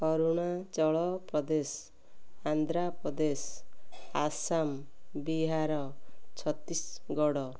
Arunachal Pradesh Andhra Pradesh Assam Bihar Chhattisgarh